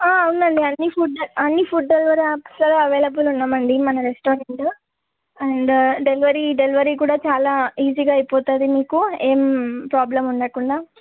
అవునండి అన్నీ ఫుడ్ అన్నీ ఫుడ్ డెలివరీ ఆప్షన్స్ అవైలబుల్ ఉన్నవండి మన రెస్టారెంటు అండ్ డెలివరీ డెలివరీ కూడా చాలా ఈజీగా అయిపోతుంది మీకు ఏం ప్రాబ్లమ్ ఉండకుండా